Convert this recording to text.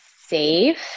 safe